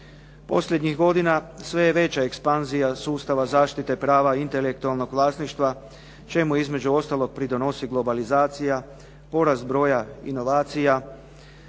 Posljednjih godina sve je veća ekspanzija sustava zaštite prava intelektualnog vlasništva čemu između ostalog pridonosi globalizacija, porast broja inovacija,